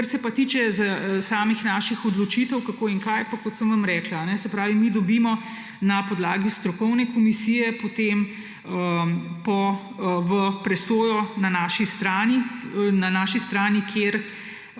Kar se pa tiče samih naših odločitev, kako in kaj, pa kot sem vam rekla. Mi dobimo na podlagi strokovne komisije potem v presojo na naši strani, kjer